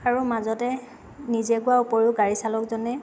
আৰু মাজতে নিজে গোৱাৰ উপৰিও গাড়ী চালকজনে